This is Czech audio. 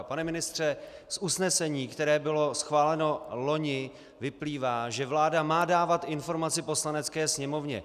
Pane ministře, z usnesení, které bylo schváleno loni, vyplývá, že vláda má dávat informaci Poslanecké sněmovně.